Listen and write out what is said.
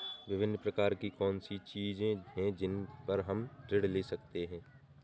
विभिन्न प्रकार की कौन सी चीजें हैं जिन पर हम ऋण ले सकते हैं?